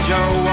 Joe